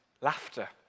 laughter